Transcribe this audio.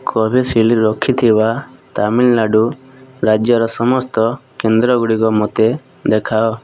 Covishield ରଖିଥିବା ତାମିଲନାଡ଼ୁ ରାଜ୍ୟର ସମସ୍ତ କେନ୍ଦ୍ର ଗୁଡ଼ିକ ମୋତେ ଦେଖାଅ